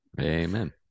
Amen